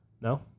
No